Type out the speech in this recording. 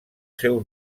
seu